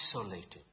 isolated